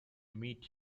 meet